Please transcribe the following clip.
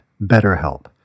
BetterHelp